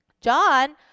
John